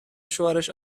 شوهرش